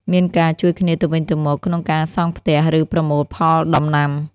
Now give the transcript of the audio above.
មានការជួយគ្នាទៅវិញទៅមកក្នុងការសង់ផ្ទះ ឬប្រមូលផលដំណាំ។